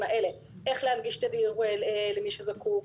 האלה - איך להנגיש את הדיור למי שזקוק.